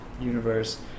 universe